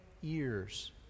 years